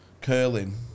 Curling